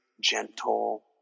gentle